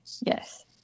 yes